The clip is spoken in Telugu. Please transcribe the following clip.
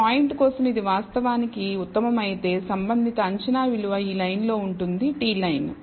ఈ పాయింట్ కోసం ఇది వాస్తవానికి ఇది ఉత్తమమైతే సంబంధిత అంచనా విలువ ఈ లైన్లో ఉంటుంది t లైన్